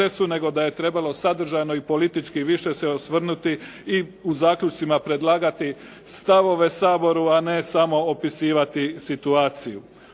nego da je trebalo sadržajno i politički više se osvrnuti i u zaključcima predlagati stavove Saboru a ne samo opisivati situaciju.